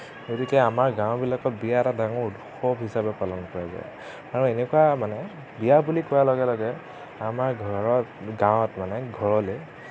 গতিকে আমাৰ গাওঁবিলাকত বিৰাট এটা ডাঙৰ উৎসৱ হিচাপে পালন কৰা যায় আৰু এনেকুৱা মানে বিয়া বুলি কোৱাৰ লগে লগে আমাৰ গাৱঁত মানে ঘৰলৈ